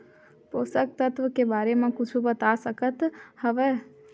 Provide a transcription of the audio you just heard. पोषक तत्व के बारे मा कुछु बता सकत हवय?